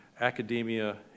academia